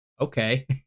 okay